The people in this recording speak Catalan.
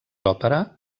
òpera